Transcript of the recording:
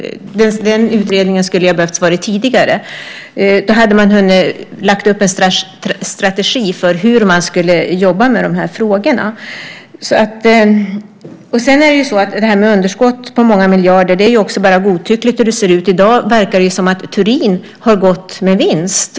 Den utredningen skulle ha behövt göras tidigare, för då hade man hunnit lägga upp en strategi för hur man skulle jobba med de här frågorna. Det sades bli ett underskott på många miljarder. Det är också bara godtyckligt. Som det ser ut i dag verkar det som att Turin har gått med vinst.